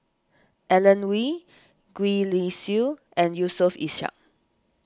Alan Oei Gwee Li Sui and Yusof Ishak